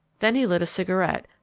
then he lit a cigarette,